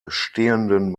stehenden